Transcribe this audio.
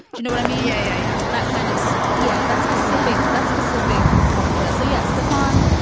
you know what i mean. yeah yeah. that kind of. so yeah. that's specific. that's specific kind of first. so yes stefon.